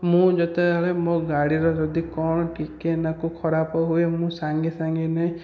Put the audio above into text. ମୁଁ ଯେତେବେଳେ ଯଦି ମୋ ଗାଡ଼ିର କ'ଣ ଟିକିଏ ନାଆକୁ ଖରାପ ହୁଏ ମୁଁ ସାଙ୍ଗେ ସାଙ୍ଗେ ନେଇ